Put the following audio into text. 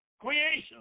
creation